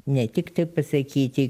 ne tiktai pasakyti